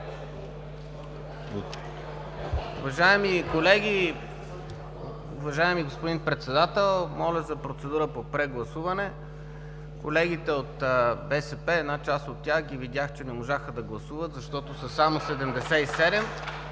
Уважаеми колеги! Уважаеми господин Председател, моля за процедура по прегласуване. Една част от колегите от „БСП за България“ видях, че не можаха да гласуват, защото са само 77.